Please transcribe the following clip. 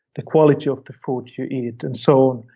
the quality of the food you eat and so